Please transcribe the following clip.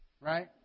Right